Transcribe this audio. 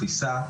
דחיסה,